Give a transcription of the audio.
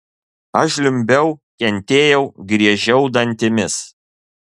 aš žliumbiau kentėjau griežiau dantimis